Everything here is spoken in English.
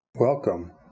Welcome